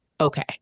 okay